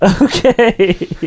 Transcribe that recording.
Okay